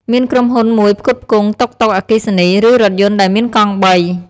មានក្រុមហ៊ុនមួយផ្គត់ផ្គង់ តុកតុក អគ្គិសនី ឬរថយន្តដែលមានកង់បី។